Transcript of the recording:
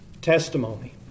testimony